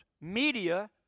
media